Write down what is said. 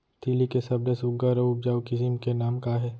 तिलि के सबले सुघ्घर अऊ उपजाऊ किसिम के नाम का हे?